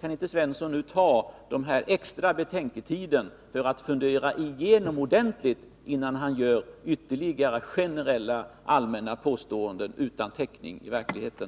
Kan inte herr Svensson nu ta denna extra betänketid för att ordentligt fundera igenom saken, innan han gör ytterligare generella påståenden utan täckning i verkligheten?